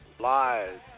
Lies